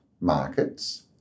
markets